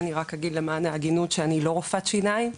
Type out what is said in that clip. אני רק אגיד למען ההגינות שאני לא רופאת שיניים.